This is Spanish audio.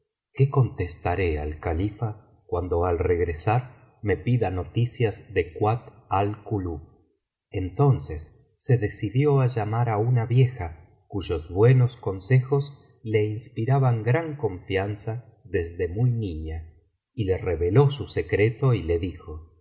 qué contestaré al califa cuando al regresar me pida noticias de kuat al kulub entonces se decidió á llamar á una vieja cuyos buenos consejos le inspiraban gran confianza desde muy niña y le reveló su secreto y le dijo